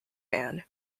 man